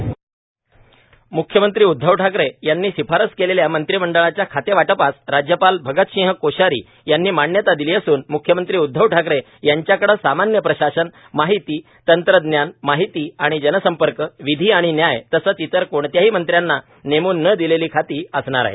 म्ख्यमंत्री उद्धव ठाकरे यांनी शिफारस केलेल्या मंत्रिमंडळाच्या खातेवाटपास राज्यपाल भगत सिंह कोश्यारी यांनी मान्यता दिली असून म्ख्यमंत्री उध्दव ठाकरे यांच्याकडे सामान्य प्रशासन माहिती तंत्रज्ञान माहिती आणि जनसंपर्क विधी आणि न्याय तसंच इतर कोणत्याही मंत्र्यांना नेमून न दिलेली खाती असणार आहे